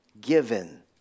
Given